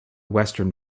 western